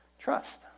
trust